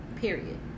Period